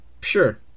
Sure